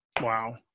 Wow